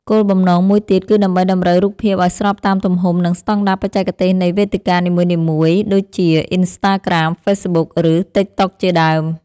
គោលបំណងមួយទៀតគឺដើម្បីតម្រូវរូបភាពឱ្យស្របតាមទំហំ និងស្ដង់ដារបច្ចេកទេសនៃវេទិកានីមួយៗដូចជា អ៊ីនស្តាក្រាម, ហ្វេសប៊ុក ឬ តីកតុកជាដើម។